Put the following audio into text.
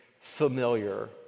familiar